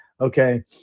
Okay